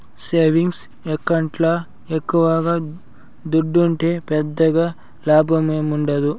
savings ఎకౌంట్ల ఎక్కవ దుడ్డుంటే పెద్దగా లాభముండదు